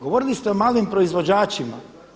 Govorili ste o malim proizvođačima.